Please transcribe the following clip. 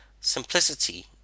Simplicity